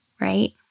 right